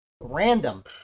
random